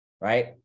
right